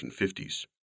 1950s